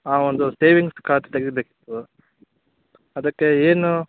ಹಾಂ ಒಂದು ಸೇವಿಂಗ್ಸ್ ಖಾತೆ ತೆಗಿಬೇಕಿತ್ತು ಅದಕ್ಕೆ ಏನು